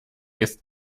ist